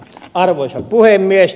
arvoisa puhemies